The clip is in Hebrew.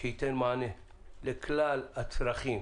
שייתן מענה לכלל הצרכים